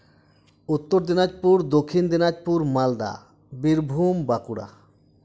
Uttar Dinajpur Dakshin Dinajpur Malda Birbhum Bankura